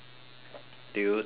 do you talk to her